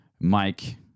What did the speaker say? Mike